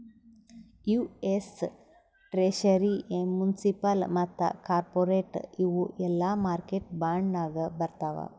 US treasury, municipal ಮತ್ತ corporate ಇವು ಎಲ್ಲಾ ಮಾರ್ಕೆಟ್ ಬಾಂಡ್ ನಾಗೆ ಬರ್ತಾವ್